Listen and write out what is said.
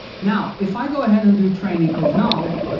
now, if i go ahead and do train equals now,